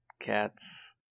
cats